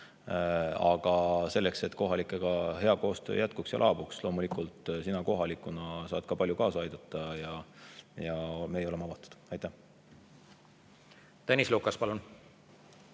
Aga sellele, et kohalikega hea koostöö jätkuks ja laabuks, loomulikult sina kohalikuna saad ka palju kaasa aidata. Meie oleme avatud. Tõnis Lukas, palun!